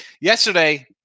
Yesterday